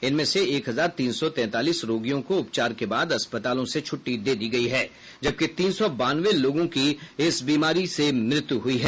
इनमें से एक हजार तीन सौ तैंतालीस रोगियों को उपचार के बाद अस्पतालों से छुट्टी दे दी गई है जबकि तीन सौ बानवे लोगों की इस बीमारी से मृत्यु हो गये हैं